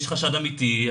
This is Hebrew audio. יש חשד אמיתי,